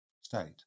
state